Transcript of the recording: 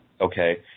Okay